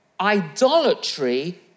idolatry